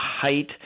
height